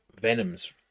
Venom's